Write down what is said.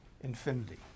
infinity